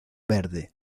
verde